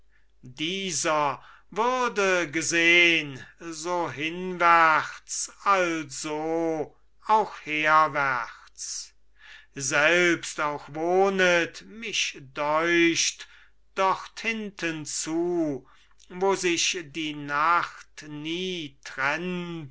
dieser würde gesehn so hinwärts also auch herwärts selbst auch wohnet mich deucht dort hinten zu wo sich die nacht nie trennt